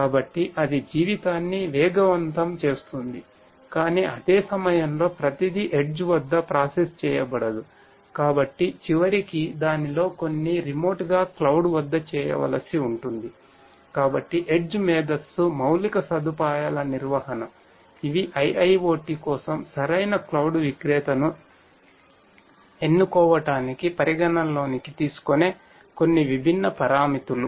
కాబట్టి అది జీవితాన్ని వేగవంతం చేస్తుంది కానీ అదే సమయంలో ప్రతిదీ ఎడ్జ్ విక్రేతను ఎన్నుకోవటానికి పరిగణనలోకి తీసుకునే కొన్ని విభిన్న పారామితులు